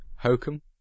Hokum